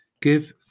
give